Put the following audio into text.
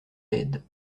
laide